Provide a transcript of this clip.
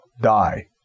die